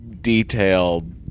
detailed